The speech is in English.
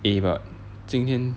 eh but 今天